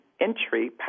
entry